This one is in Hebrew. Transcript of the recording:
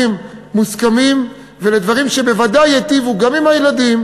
מוסכמים ולדברים שבוודאי ייטיבו גם עם הילדים,